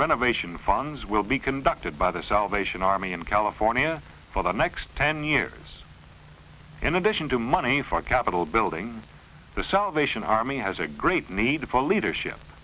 renovation funds will be conducted by the salvation army in california for the next ten years in addition to money for capital building the salvation army has a great need for leadership